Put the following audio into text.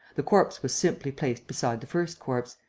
the corpse was simply placed beside the first corpse.